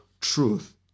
truth